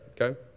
okay